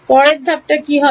পরের ধাপটা কি হবে